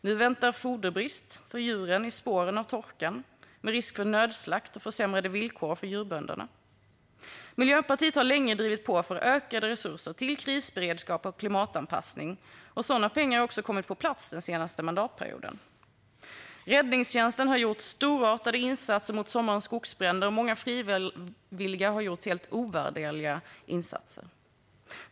Nu väntar foderbrist för djuren i spåren av torkan, med risk för nödslakt och försämrade villkor för djurbönderna. Miljöpartiet har länge drivit på för ökade resurser till krisberedskap och klimatanpassning. Sådana pengar har också kommit på plats den senaste mandatperioden. Räddningstjänsten har gjort storartade insatser mot sommarens skogsbränder. Många frivilliga har gjort helt ovärderliga insatser.